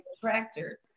tractor